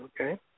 okay